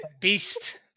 Beast